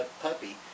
puppy